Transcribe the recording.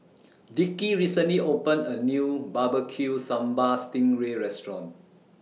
Dickie recently opened A New Barbecue Sambal Sting Ray Restaurant